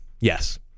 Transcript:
Yes